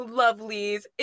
lovelies